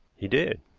he did.